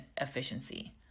efficiency